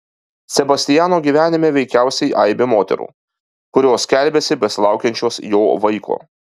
sebastiano gyvenime veikiausiai aibė moterų kurios skelbiasi besilaukiančios jo vaiko